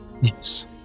Yes